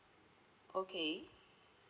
okay